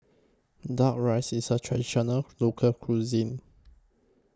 Duck Rice IS A Traditional Local Cuisine